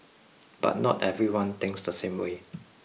but not everyone thinks the same way